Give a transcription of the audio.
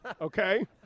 Okay